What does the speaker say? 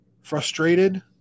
frustrated